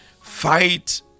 Fight